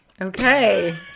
Okay